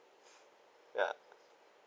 ya